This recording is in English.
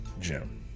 Jim